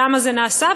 למה זה נעשה?